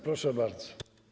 Proszę bardzo.